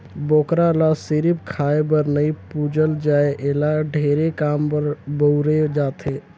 बोकरा ल सिरिफ खाए बर नइ पूजल जाए एला ढेरे काम बर बउरे जाथे